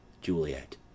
Juliet